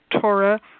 Torah